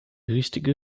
richtige